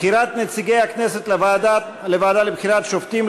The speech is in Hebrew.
בחירת נציגי הכנסת לוועדה לבחירת שופטים,